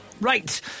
Right